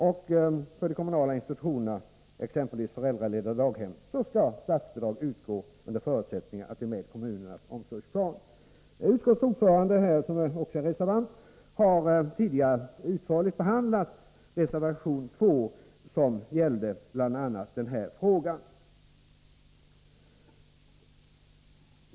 För icke kommunala institutioner, exempelvis föräldraledda daghem, skall statsbidrag utgå under förutsättning att de är med i kommunernas barnomsorgsplan. Utskottets ordförande, som också är reservant, har tidigare utförligt behandlat reservation 2, som gäller bl.a. den här frågan.